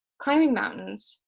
climbing mountains,